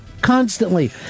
constantly